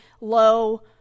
low